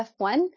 F1